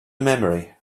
memory